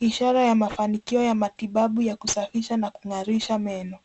ishara ya mafanikio ya matibabu ya kusafisha na kung'arisha meno.